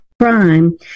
crime